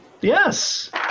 yes